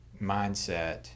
mindset